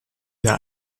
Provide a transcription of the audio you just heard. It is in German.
der